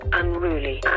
unruly